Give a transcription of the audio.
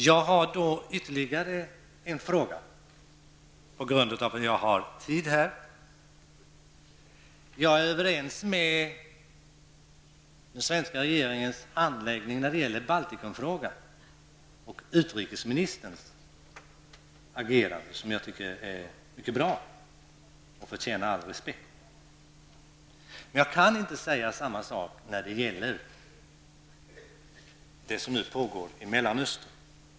Jag har ytterligare en fråga eftersom jag har tid till det. Jag är överens med den svenska regeringen när det gäller handläggningen av Baltikumfrågan. Jag tycker att utrikesministerns agerande är mycket bra och förtjänar all respekt. Men jag kan inte säga samma sak när det gäller det som nu pågår i Mellanöstern.